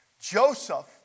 Joseph